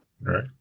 Right